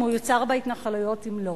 אם הוא יוצר בהתנחלויות, אם לא.